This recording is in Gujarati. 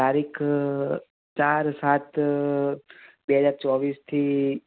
તારીખ ચાર સાત બે હજાર ચોવીસથી